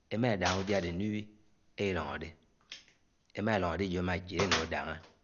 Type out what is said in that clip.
Émá edãngá udiá adé nuwi élilóngodé éma elóngòde ejó ámá uélé enúng edángá.